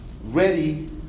ready